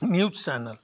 news channel